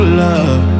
love